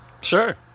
Sure